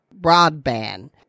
broadband